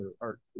art